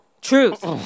Truth